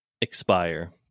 expire